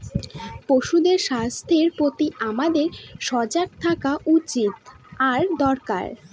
পশুদের স্বাস্থ্যের প্রতি আমাদের সজাগ থাকা উচিত আর দরকার